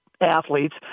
athletes